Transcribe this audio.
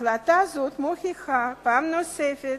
החלטה זו מוכיחה פעם נוספת